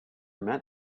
met